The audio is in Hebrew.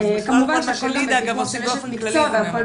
משגע.